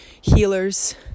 healers